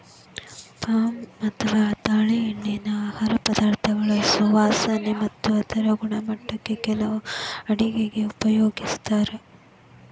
palm ಅಥವಾ ತಾಳೆಎಣ್ಣಿನಾ ಆಹಾರ ಪದಾರ್ಥಗಳ ಸುವಾಸನೆ ಮತ್ತ ಅದರ ಗುಣಮಟ್ಟಕ್ಕ ಕೆಲವು ಅಡುಗೆಗ ಉಪಯೋಗಿಸ್ತಾರ